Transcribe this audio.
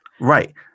right